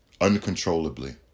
uncontrollably